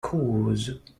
course